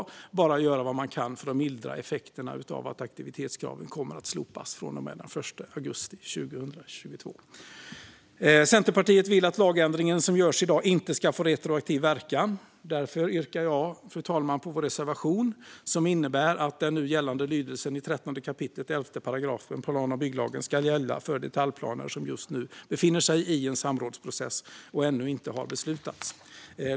Vi kan bara göra vad vi kan för att mildra effekterna av att aktivitetskravet kommer att slopas från och med den 1 augusti 2022. Centerpartiet vill att lagändringen som görs i dag inte ska få retroaktiv verkan. Därför yrkar jag bifall till vår reservation, som innebär att den nu gällande lydelsen i 13 kap. 11 § plan och bygglagen ska gälla för detaljplaner som just nu befinner sig i en samrådsprocess och som ännu inte har beslutats.